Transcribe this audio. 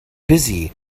busy